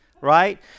right